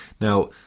Now